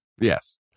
Yes